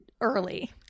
early